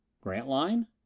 Grantline